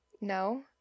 No